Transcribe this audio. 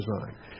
design